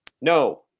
No